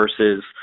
versus